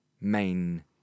main